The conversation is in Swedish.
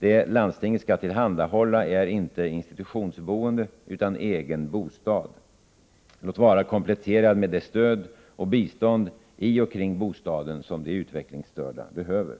Det landstinget skall tillhandahålla är inte institutionsboende, utan egen bostad — låt vara kompletterad med det stöd och bistånd i och kring bostaden som de utvecklingsstörda behöver.